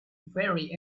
very